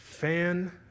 fan